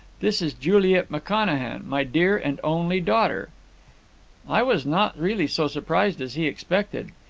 this is juliet mcconachan, my dear and only daughter i was not really so surprised as he expected.